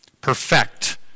Perfect